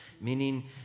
meaning